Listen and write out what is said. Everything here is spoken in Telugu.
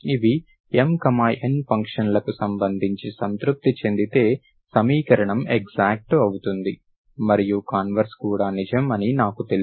ఇవి M N ఫంక్షన్లకు సంబంధించి సంతృప్తి చెందితే సమీకరణం ఎక్సాక్ట్ అవుతుంది మరియు కాన్వర్స్ కూడా నిజం అని నాకు తెలుసు